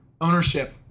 ownership